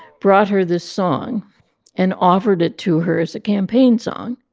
brought her this song and offered it to her as a campaign song.